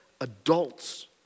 adults